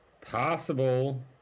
possible